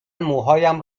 موهایم